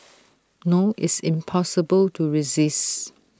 no IT is impossible to resist